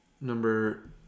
Number